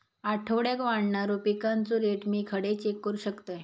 आठवड्याक वाढणारो पिकांचो रेट मी खडे चेक करू शकतय?